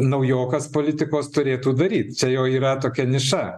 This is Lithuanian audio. naujokas politikos turėtų daryt čia jau yra tokia niša